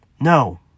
No